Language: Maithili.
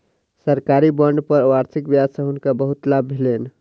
सरकारी बांड पर वार्षिक ब्याज सॅ हुनका बहुत लाभ भेलैन